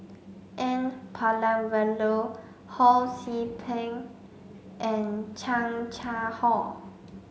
N Palanivelu Ho See Beng and Chan Chang How